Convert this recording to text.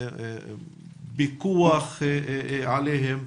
פיקוח עליהם,